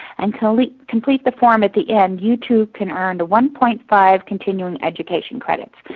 and complete complete the form at the end, you too can earn the one point five continuing education credits,